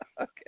Okay